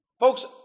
Folks